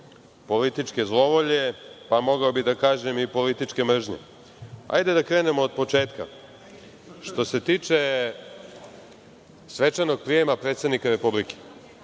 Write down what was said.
političke zlovolje, a mogao bih da kažem i političke mržnje. Hajde da krenemo od početka. Što se tiče svečanog prijema predsednika Republike,